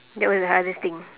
that was the hardest thing